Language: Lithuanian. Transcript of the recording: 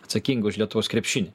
atsakinga už lietuvos krepšinį